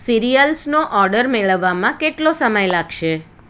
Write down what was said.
સીરીઅલ્સનો order મેળવવામાં કેટલો સમય લાગશે